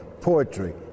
poetry